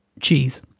cheese